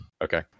Okay